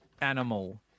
animal